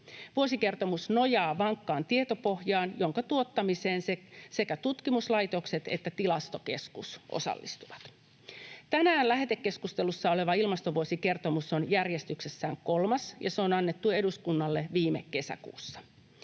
Vuosikertomus nojaa vankkaan tietopohjaan, jonka tuottamiseen sekä tutkimuslaitokset että Tilastokeskus osallistuvat. Tänään lähetekeskustelussa oleva ilmastovuosikertomus on järjestyksessään kolmas, ja se on annettu eduskunnalle viime kesäkuussa.